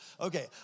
Okay